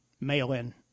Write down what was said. mail-in